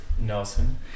Nelson